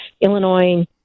Illinois